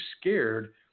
scared